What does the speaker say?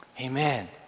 Amen